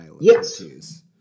Yes